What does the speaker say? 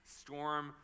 storm